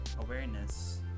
awareness